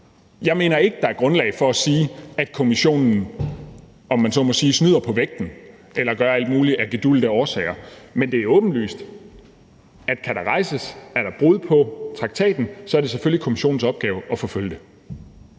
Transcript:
Jeg mener ikke, at der er grundlag for at sige, at Kommissionen, om man så må sige, snyder på vægten eller gør alt muligt af gedulgte årsager, men det er åbenlyst, at er der brud på traktaten, er det selvfølgelig Kommissionens opgave at forfølge det.